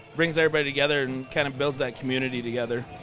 brings everybody together and kinda builds that community together.